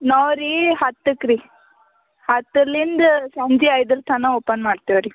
ನಾವ್ರಿ ಹತ್ತಕ್ರಿ ಹತ್ತರಿಂದ ಸಂಜೆ ಐದರ ತನಕ ಓಪನ್ ಮಾಡ್ತೇವ್ರಿ